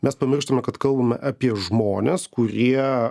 mes pamirštame kad kalbame apie žmones kurie